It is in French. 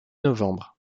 novembre